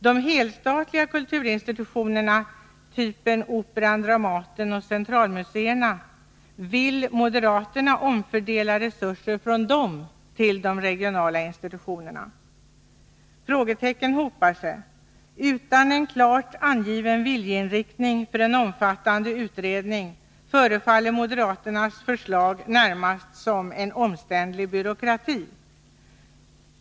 Vill moderaterna omfördela resurser från de helstatliga kulturinstitutionerna som Operan, Dramaten och centralmuseerna till de regionala institutionerna? Frågetecknen hopar sig. Utan en klart angiven viljeinriktning för en omfattande utredning förefaller moderaternas förslag närmast leda till en omständlig byråkrati.